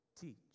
teach